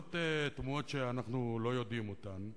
בנסיבות תמוהות, שאנחנו לא יודעים אותן,